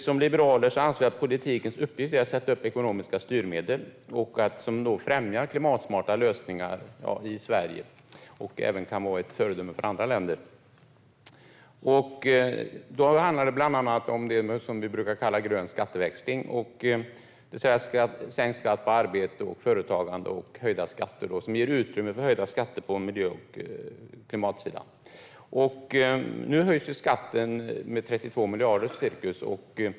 Som liberaler anser vi att politikens uppgift är att sätta upp ekonomiska styrmedel som främjar klimatsmarta lösningar i Sverige, så att Sverige även kan vara ett föredöme för andra länder. Då handlar det bland annat om det vi brukar kalla grön skatteväxling, det vill säga sänkt skatt på arbete och företagande, vilket ger utrymme för höjda skatter på miljö och klimatsidan. Nu höjs skatten med ungefär 32 miljarder.